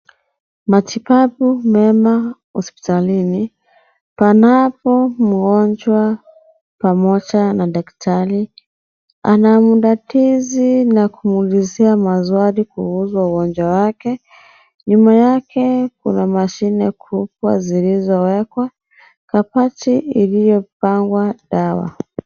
Matibabu mema hospitalini panapo mgonjwa pamoja na daktari. Anamdadisi na kumuulizia maswali kuhusu ugonjwa wake. Nyuma yake kuna mashine kubwa zilizowekwa. Kabati iliyopangwa dawa.